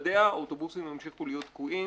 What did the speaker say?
בלעדיה, האוטובוסים ימשיכו להיות תקועים